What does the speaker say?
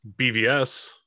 BVS